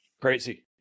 Crazy